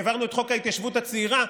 העברנו את חוק ההתיישבות הצעירה.